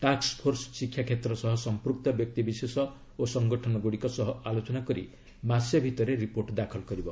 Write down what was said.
task force ଶିକ୍ଷାକ୍ଷେତ୍ର ସହ ସମ୍ପ୍ରକ୍ତ ବ୍ୟକ୍ତିବିଶେଷ ଓ ସଙ୍ଗଠନଗୁଡ଼ିକ ସହ ଆଲୋଚନା କରି ମାସେ ମଧ୍ୟରେ ରିପୋର୍ଟ ଦାଖଲ କରିବ